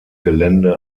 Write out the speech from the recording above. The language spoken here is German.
gelände